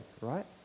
right